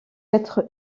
être